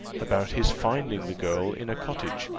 about his finding the girl in a cottage,